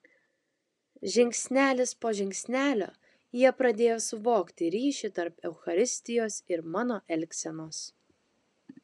žingsnelis po žingsnelio jie pradėjo suvokti ryšį tarp eucharistijos ir mano elgsenos